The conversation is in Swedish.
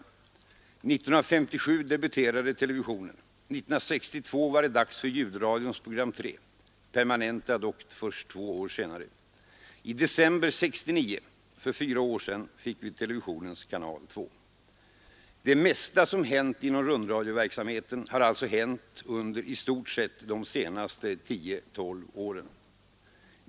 1957 debuterade televisionen. 1962 var det dags för ljudradions program 3, permanentat dock först 1964. I december 1969, för fyra år sedan, fick vi televisionens kanal 2. Det mesta som hänt inom rundradioverksamheten har alltså hänt under i stort sett de senaste tio—tolv åren.